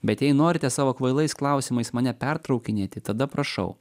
bet jei norite savo kvailais klausimais mane pertraukinėti tada prašau